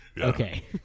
Okay